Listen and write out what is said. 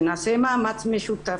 שנעשה מאמץ משותף,